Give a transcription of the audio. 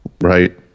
right